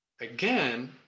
again